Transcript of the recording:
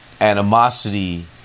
Animosity